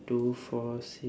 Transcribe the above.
two four six